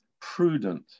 prudent